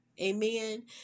amen